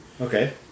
Okay